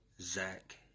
Zach